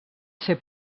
ser